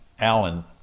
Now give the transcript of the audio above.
Alan